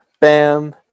BAM